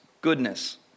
goodness